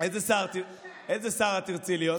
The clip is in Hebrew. איזה שרה תרצי להיות?